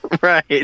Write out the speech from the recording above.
right